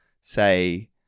say